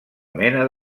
mena